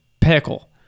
pickle